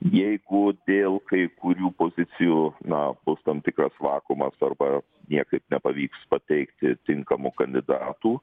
jeigu dėl kai kurių pozicijų na bus tam tikras vakuumas arba niekaip nepavyks pateikti tinkamų kandidatų